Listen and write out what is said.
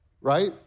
Right